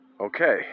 Okay